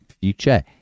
future